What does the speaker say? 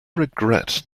regret